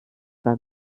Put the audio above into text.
war